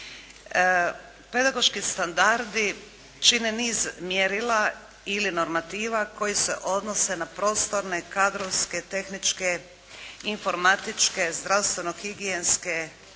Pedagoški standardi čine niz mjerila ili normativa koji se odnose na prostorne, kadrovske, tehničke, informatičke, zdravstveno-higijenske